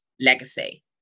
legacy